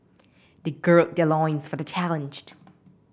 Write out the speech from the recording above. they gird their loins for the challenge